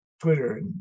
Twitter